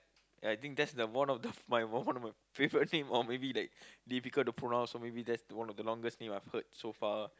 I think that's the one of the my one of the favourite thing or maybe like difficult to pronounce or maybe that's one of the longest name I've heard so far ah